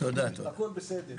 הכול בסדר.